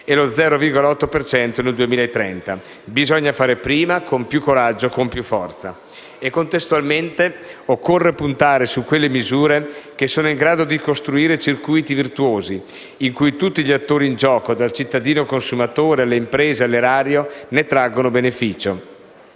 cento nel 2030. Bisogna fare prima, con più coraggio, con più forza. Contestualmente, occorre puntare su quelle misure che sono in grado di costruire circuiti virtuosi, da cui tutti gli attori in gioco - dal cittadino-consumatore, alle imprese, all'erario - ne traggono beneficio.